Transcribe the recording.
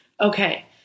okay